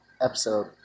episode